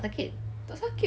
tak sakit eh